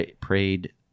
Prayed